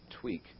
tweak